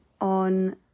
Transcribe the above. on